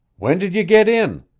when did you get in?